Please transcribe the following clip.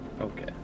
Okay